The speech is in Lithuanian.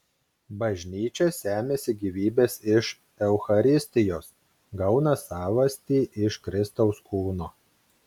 bažnyčia semiasi gyvybės iš eucharistijos gauną savastį iš kristaus kūno